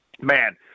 man